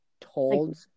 told